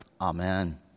Amen